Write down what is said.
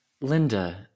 Linda